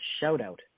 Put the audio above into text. shout-out